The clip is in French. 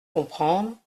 comprendre